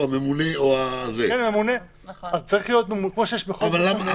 הממונה או --- אז כמו שיש בכל מקום ממונה,